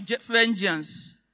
vengeance